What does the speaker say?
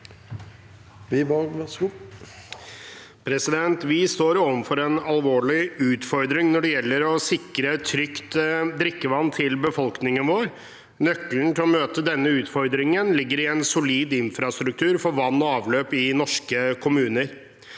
Vi står overfor en alvorlig utfordring når det gjelder å sikre trygt drikkevann til befolkningen vår. Nøkkelen til å møte denne utfordringen ligger i en solid infrastruktur for vann og avløp i norske kommuner.